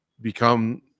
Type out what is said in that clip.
become